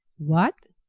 what!